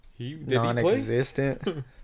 Non-existent